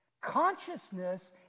Consciousness